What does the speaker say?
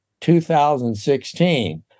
2016